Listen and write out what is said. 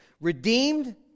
Redeemed